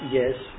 Yes